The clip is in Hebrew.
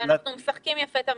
אנחנו משחקים יפה את המשחק.